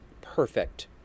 perfect